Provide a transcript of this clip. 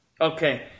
Okay